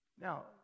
now